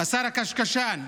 השר הקשקשן,